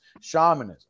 shamanism